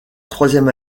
troisième